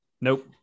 Nope